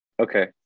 Okay